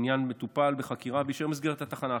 העניין מטופל בחקירה והיא תישאר במסגרת התחנה.